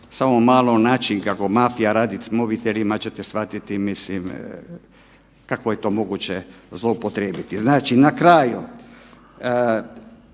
samo malo način kako mafija radi s mobitelima ćete shvatiti mislim kako je to moguće zloupotrijebiti. Znači na kraju,